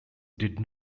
did